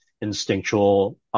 instinctual